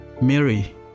Mary